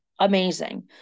amazing